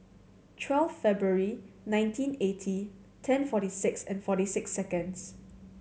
twelfth Feburary nineteen eighty ten forty six and forty six seconds